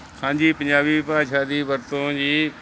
ਹਾਂਜੀ ਪੰਜਾਬੀ ਭਾਸ਼ਾ ਦੀ ਵਰਤੋਂ ਜੀ